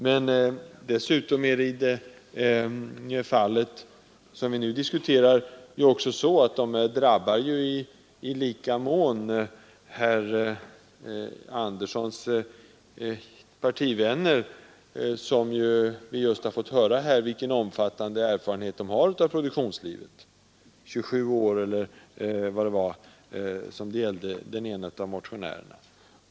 Men i det fall vi nu diskuterar är det dessutom så, att kommentarerna drabbar i lika mån herr Anderssons partivänner, om vilka vi just fått höra hur omfattande erfarenhet de har av produktionslivet — 27 år tror jag nämndes för den ena av motionärerna.